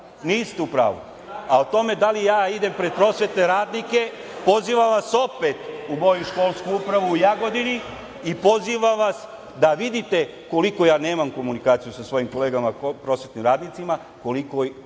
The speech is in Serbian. Niste u pravu.O tome da li ja idem pred prosvetne radnike, pozivam vas opet u moju školsku upravu u Jagodini i pozivam vas da vidite koliko ja nemam komunikaciju sa svojim kolegama prosvetnim radnicima, koliko